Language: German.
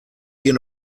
wir